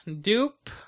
Dupe